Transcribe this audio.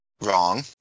wrong